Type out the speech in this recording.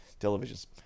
televisions